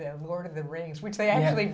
them lord of the rings which they have